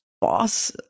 boss